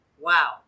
Wow